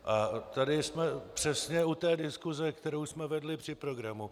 A tady jsem přesně u té diskuse, kterou jsme vedli při programu.